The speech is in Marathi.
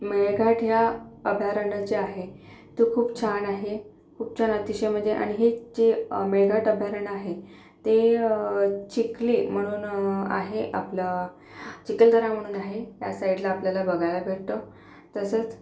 मेळघाट या अभयारण्य जे आहे ते खूप छान आहे खूप छान अतिशय म्हणजे आणि हे जे मेळघाट अभयारण्य आहे ते चिखली म्हणून आहे आपलं चिखलदरा म्हणून आहे त्या साईडला आपल्याला बघायला भेटतं तसंच